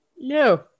No